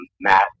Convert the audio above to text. Matt